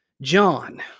John